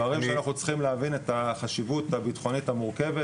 אלה דברים שאנחנו צריכים להבין את החשיבות הביטחונית המורכבת,